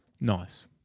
Nice